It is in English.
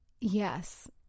Yes